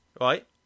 right